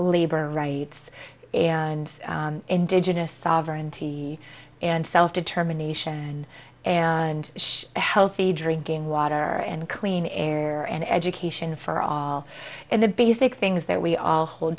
labor rights and indigenous sovereignty and self determination and healthy drinking water and clean air and education for all and the basic things that we all hold